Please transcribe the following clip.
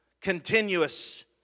continuous